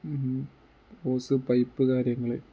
hose pipe കാര്യങ്ങൾ